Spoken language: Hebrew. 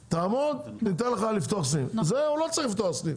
תעמוד ניתן לך לפתוח סניף זה הוא לא צריך לפתוח סניף.